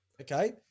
Okay